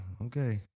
okay